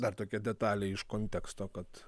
dar tokia detalė iš konteksto kad